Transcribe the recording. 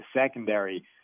secondary